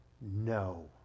No